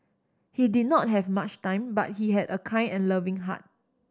he did not have much time but he had a kind and loving heart